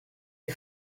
les